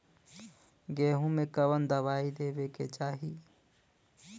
गेहूँ मे कवन दवाई देवे के चाही?